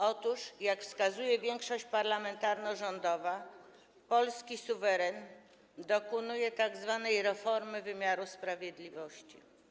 Otóż, jak wskazuje większość parlamentarno-rządowa, polski suweren dokonuje tzw. reformy wymiaru sprawiedliwości.